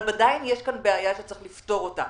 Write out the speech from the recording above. אבל עדיין יש כאן בעיה שצריך לפתור אותה.